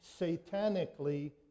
satanically